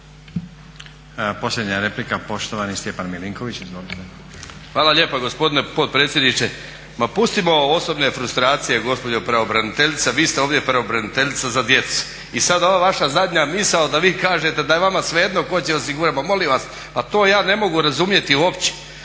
Posljednja replika poštovani Stjepan Milinković, izvolite. **Milinković, Stjepan (HDZ)** Hvala lijepa gospodine potpredsjedniče. Ma pustimo osobne frustracije gospođo pravobraniteljice, vi ste ovdje pravobraniteljica za djecu. I sada ova vaša zadnja misao da vi kažete da je vama svejedno tko će osigurati, ma molim vas, pa to ja ne mogu razumjeti uopće.